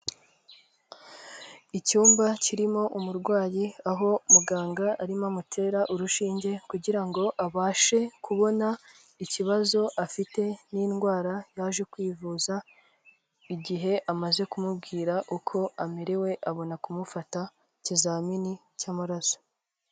Icyumba kirimo umurwayi, aho muganga arimo amutera urushinge kugira ngo abashe kubona ikibazo afite n'indwara yaje kwivuza, igihe amaze kumubwira uko amerewe abona kumufata ikizamini cy'amaraso.